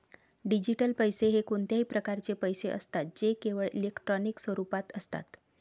digital पैसे हे कोणत्याही प्रकारचे पैसे असतात जे केवळ इलेक्ट्रॉनिक स्वरूपात असतात